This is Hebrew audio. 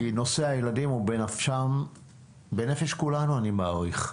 כי נושא הילדים הוא בנפש כולנו אני מעריך.